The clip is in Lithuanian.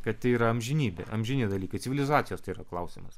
kad tai yra amžinybė amžini dalykai civilizacijos tai yra klausimas